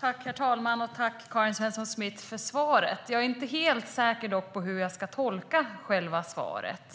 Herr talman! Tack, Karin Svensson Smith, för svaret! Jag är dock inte helt säker på hur jag ska tolka själva svaret.